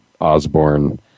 Osborne